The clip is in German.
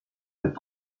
mit